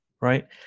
Right